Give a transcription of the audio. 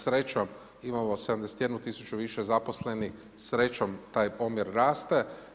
Srećom imamo 71 tisuću više zaposlenih, srećom taj omjer raste.